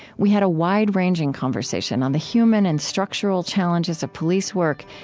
we had a wide-ranging conversation on the human and structural challenges of police work,